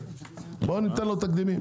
ניתן לו תקדימים